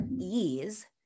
ease